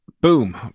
Boom